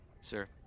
Sir